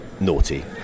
naughty